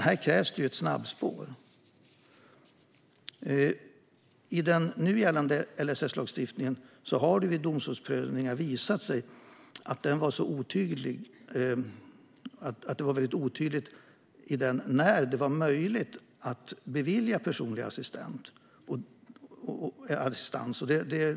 Här krävs det ett snabbspår. I samband med domstolsprövningar har det visat sig att det i den nu gällande LSS-lagstiftningen ur många olika perspektiv är otydligt när det är möjligt att bevilja personlig assistans.